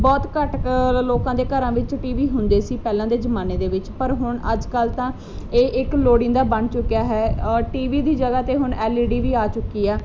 ਬਹੁਤ ਘੱਟ ਕ ਲੋਕਾਂ ਦੇ ਘਰਾਂ ਵਿੱਚ ਟੀ ਵੀ ਹੁੰਦੇ ਸੀ ਪਹਿਲਾਂ ਦੇ ਜਮਾਨੇ ਦੇ ਵਿੱਚ ਪਰ ਹੁਣ ਅੱਜ ਕੱਲ੍ਹ ਤਾਂ ਇੱਕ ਲੋੜੀਂਦਾ ਬਣ ਚੁੱਕਿਆ ਹੈ ਟੀ ਵੀ ਦੀ ਜਗ੍ਹਾ 'ਤੇ ਹੁਣ ਐਲ ਈ ਡੀ ਵੀ ਆ ਚੁੱਕੀ ਆ